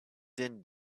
din